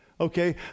okay